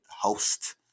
host